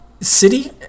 City